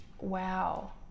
wow